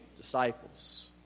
disciples